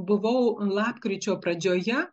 buvau lapkričio pradžioje